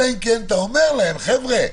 אלא אם כן אתה אומר להם: חבר'ה,